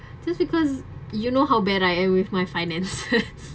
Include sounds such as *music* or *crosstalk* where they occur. just because you know how bad I am with my finances *laughs*